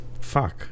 Fuck